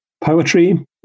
poetry